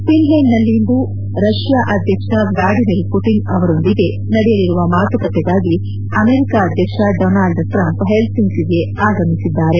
ಫಿನ್ಲೆಂಡ್ನಲ್ಲಿಂದು Russia ಅಧ್ಯಕ್ಷ Vladimir Putin ಅವರೊಂದಿಗೆ ನಡೆಯಲಿರುವ ಮಾತುಕತೆಗಾಗಿ ಅಮೆರಿಕ ಅಧ್ಯಕ್ಷ ಡೋನಾಲ್ಡ್ ಟ್ರಂಪ್ ಹೆಲ್ಲಿಂಕಿಗೆ ಆಗಮಿಸಿದ್ದಾರೆ